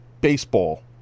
Baseball